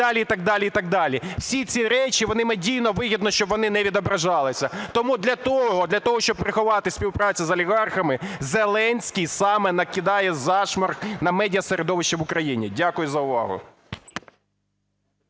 Всі ці речі вони надійно вигідно, щоб вони не відображалися. Тому для того, щоб приховати співпрацю з олігархами, Зеленський саме накидає зашморг на медіасередовище в Україні. Дякую за увагу.